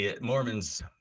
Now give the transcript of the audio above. Mormons